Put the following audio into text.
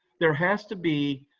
there has to be